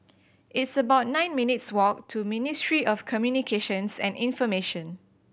it's about nine minutes' walk to Ministry of Communications and Information